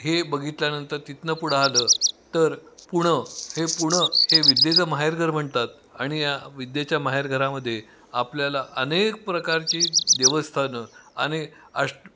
हे बघितल्यानंतर तिथून पुढ आलं तर पुणं हे पुणं हे विद्येचं माहेरघर म्हणतात आणि या विद्येच्या माहेरघरामध्ये आपल्याला अनेक प्रकारची देवस्थानं आणि आष्ट